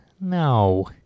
No